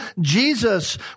Jesus